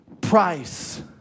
price